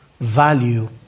value